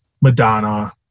madonna